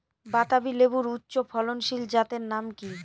বাতাবি লেবুর উচ্চ ফলনশীল জাতের নাম কি?